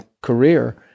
career